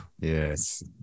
Yes